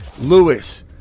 Lewis